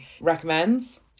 recommends